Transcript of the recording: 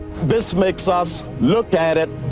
this makes us look at it,